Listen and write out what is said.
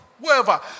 whoever